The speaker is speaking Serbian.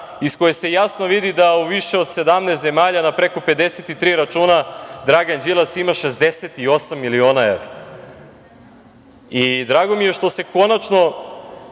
iz koje se jasno vidi da u više od 17 zemalja na preko 53 računa Dragan Đilas ima 68 miliona evra. Drago mi je što građani konačno